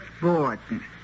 Borden